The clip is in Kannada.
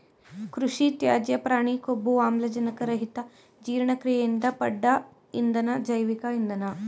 ಕೃಷಿತ್ಯಾಜ್ಯ ಪ್ರಾಣಿಕೊಬ್ಬು ಆಮ್ಲಜನಕರಹಿತಜೀರ್ಣಕ್ರಿಯೆಯಿಂದ ಪಡ್ದ ಇಂಧನ ಜೈವಿಕ ಇಂಧನ